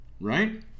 right